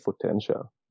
potential